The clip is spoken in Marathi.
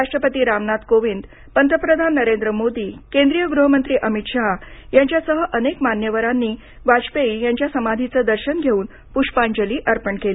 राष्ट्रपती रामनाथ कोविंद पंतप्रधान नरेंद्र मोदी केंद्रीय गृहमंत्री अमित शाह यांच्यासह अनेक मान्यवरांनी वाजपेयी यांच्या समाधीचं दर्शन घेऊन पुष्पांजली अर्पण केली